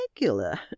regular